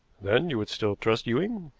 then you would still trust ewing?